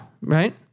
right